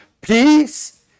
peace